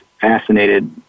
fascinated